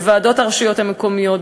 בוועדות הרשויות המקומיות,